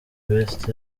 best